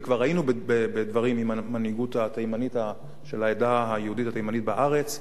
וכבר היינו בדברים עם המנהיגות של העדה היהודית התימנית בארץ.